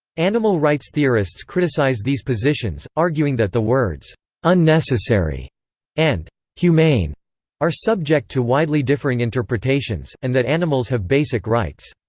animal rights theorists criticize these positions, arguing that the words unnecessary and humane are subject to widely differing interpretations, and that animals have basic rights.